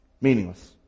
meaningless